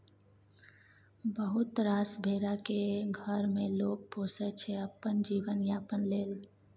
बहुत रास भेरा केँ घर मे लोक पोसय छै अपन जीबन यापन लेल